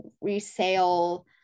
resale